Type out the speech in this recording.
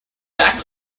back